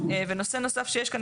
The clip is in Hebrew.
ונושא נוסף שיש כאן,